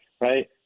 right